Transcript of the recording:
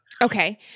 Okay